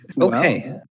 Okay